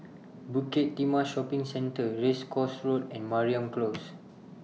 Bukit Timah Shopping Centre Race Course Road and Mariam Close